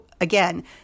again